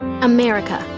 America